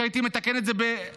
שהייתי מתקן את זה בשעתיים.